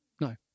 No